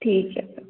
ठीक है फिर